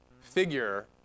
figure